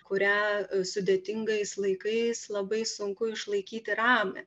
kurią sudėtingais laikais labai sunku išlaikyti ramią